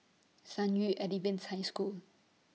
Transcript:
San Yu Adventist High School